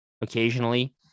occasionally